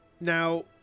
now